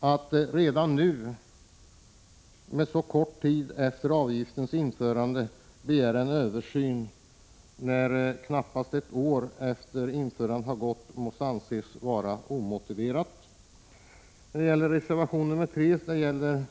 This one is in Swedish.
Att redan nu, så kort tid efter avgiftens införande — det har ju gått knappt ett år — begära en översyn, måste anses vara omotiverat. Reservation 3 gäller